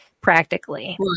practically